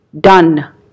done